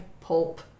pulp